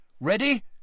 Ready